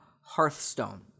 Hearthstone